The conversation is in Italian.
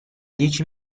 dieci